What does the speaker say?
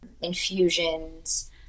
infusions